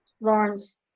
Lawrence